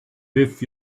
with